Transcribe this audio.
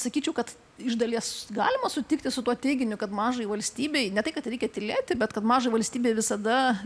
sakyčiau kad iš dalies galima sutikti su tuo teiginiu kad mažai valstybei ne tai kad reikia tylėti bet kad mažai valstybei visada